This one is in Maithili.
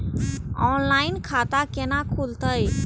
ऑनलाइन खाता केना खुलते?